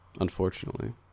unfortunately